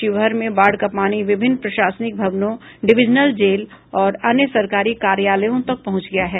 शिवहर में बाढ़ का पानी विभिन्न प्रशासनिक भवनों डिविजनल जेल और अन्य सरकारी कार्यालयों तक पहुंच गया है